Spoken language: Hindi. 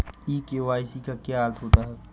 ई के.वाई.सी का क्या अर्थ होता है?